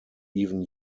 even